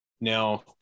Now